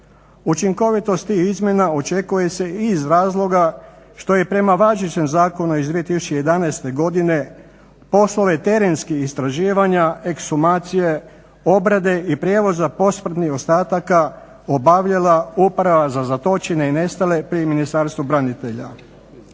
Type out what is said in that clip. Učinkovitost tih izmjena očekuje se i iz razloga što je prema važećem zakonu iz 2011.godine poslove terenskih istraživanja ekshumacije, obrade i prijevoza posmrtnih ostatak obavljala Uprava za zatočene i nestale pri Ministarstvu branitelja.